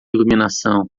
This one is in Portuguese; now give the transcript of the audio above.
iluminação